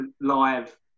live